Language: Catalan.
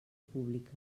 pública